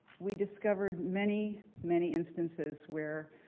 we discovered many, many instances where